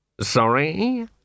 Sorry